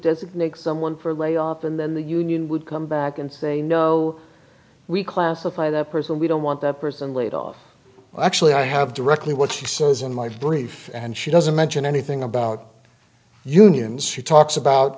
designate someone for layoff and then the union would come back and say no we classify the person we don't want that person laid off actually i have directly what she says in my brief and she doesn't mention anything about unions she talks about